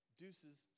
deuces